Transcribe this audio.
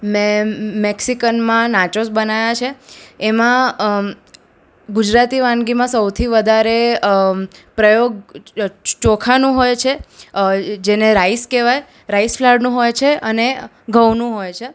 મેં મેક્સિકનમાં નાચોસ બનાવ્યાં છે એમાં ગુજરાતી વાનગીમાં સૌથી વધારે પ્રયોગ ચોખાનો હોય છે જેને રાઇસ કહેવાય રાઇસ ફ્લોરનું હોય છે ને ઘઉંનું હોય છે